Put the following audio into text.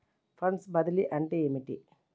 Funds బదిలీ అంటే ఏమిటి?